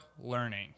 learning